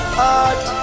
heart